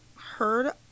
heard